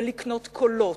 ולקנות קולות,